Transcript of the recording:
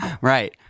Right